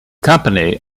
company